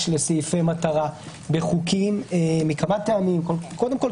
לסעיפי מטרה בחוקים מכמה טעמים: קודם כל,